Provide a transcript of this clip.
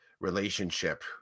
relationship